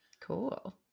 cool